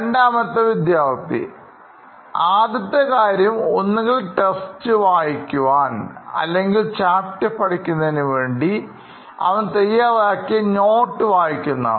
Student 2 ആദ്യത്തെ കാര്യം ഒന്നുകിൽ ടെസ്റ്റ് വായിക്കുവാൻ അല്ലെങ്കില് ചാപ്റ്റർ പഠിക്കുന്നതിനു വേണ്ടി അവൻ തയ്യാറാക്കിയ നോട്ട് വായിക്കുന്നതാണ്